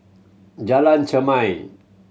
Jalan Chermai